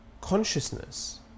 consciousness